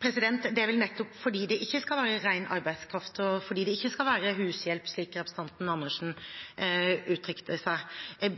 Det er vel nettopp fordi det ikke skal være ren arbeidskraft, og fordi det ikke skal være hushjelp, slik representanten Andersen uttrykte seg.